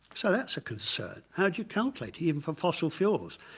so that's a concern. how do you calculate even for possible fuels,